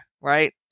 right